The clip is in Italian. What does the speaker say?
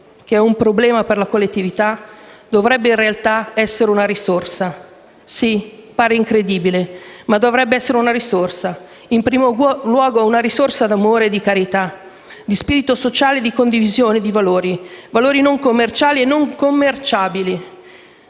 che è un problema per la collettività dovrebbe in realtà essere una risorsa. Sì, pare incredibile, ma dovrebbe essere una risorsa; in primo luogo una risorsa d'amore e di carità, di spirito sociale e di condivisione di valori, valori non commerciali e non commerciabili.